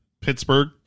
Pittsburgh